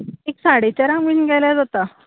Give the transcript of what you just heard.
एक साडे चारांक बी गेल्यार जाता